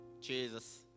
Jesus